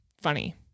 funny